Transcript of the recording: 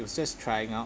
it was just trying out